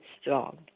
strong